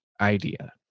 idea